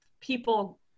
people